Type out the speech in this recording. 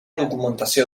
documentació